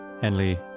Henley